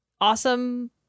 awesome